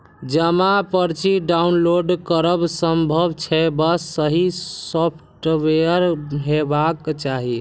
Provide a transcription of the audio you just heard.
जमा पर्ची डॉउनलोड करब संभव छै, बस सही सॉफ्टवेयर हेबाक चाही